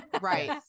Right